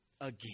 again